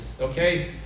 Okay